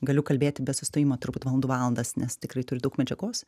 galiu kalbėti be sustojimo turbūt valandų valandas nes tikrai turiu daug medžiagos